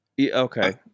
Okay